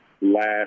last